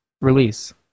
release